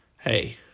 hey